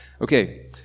Okay